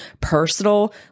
personal